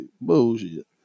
bullshit